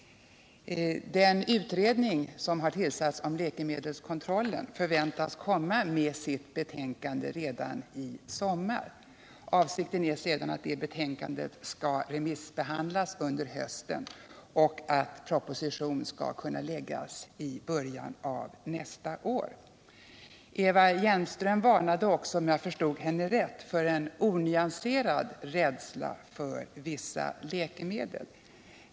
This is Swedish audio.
Den utredning som har tillsatts om läkemedelskontrollen förväntas komma med sitt betänkande redan i sommar. Avsikten är att det betänkandet sedan skall remissbehandlas under hösten och att proposition skall kunna framläggas i början av nästa år. Eva Hjelmström varnade också, om jag förstod henne rätt, för en onyansered rädsla för vissa läkemedel.